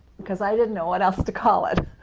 because i didn't know what else to call it!